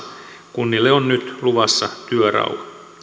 kunnille on nyt luvassa työrauha